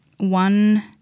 One